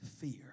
fear